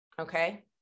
Okay